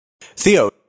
Theo